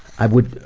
i would,